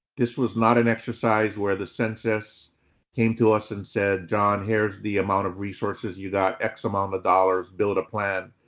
this was not an exercise where the census came to us and said, john, here's the amount of resources you got, x amount of dollars, build a plan.